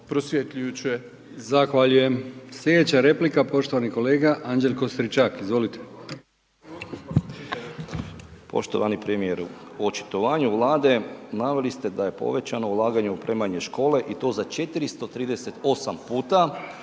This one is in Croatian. Milijan (HDZ)** Zahvaljujem. Slijedeća replika poštovani kolega Anđelko Stričak. Izvolite. **Stričak, Anđelko (HDZ)** Poštovani premijeru u očitovanju Vlade naveli ste da je povećano ulaganje u opremanje škole i to za 438 puta